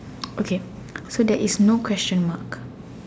okay so there is no question mark